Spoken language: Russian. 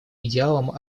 идеалам